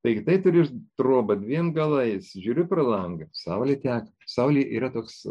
daigi tai turi troba dviem galais žiūriu pro langą saulė teka saulė yra toks